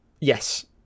Yes